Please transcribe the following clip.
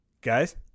Guys